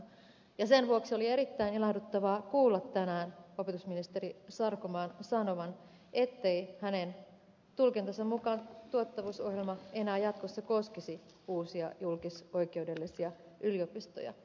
sen vuoksi oli erittäin ilahduttavaa kuulla tänään opetusministeri sarkomaan sanovan ettei hänen tulkintansa mukaan tuottavuusohjelma enää jatkossa koskisi uusia julkisoikeudellisia yliopistoja